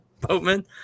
Boatman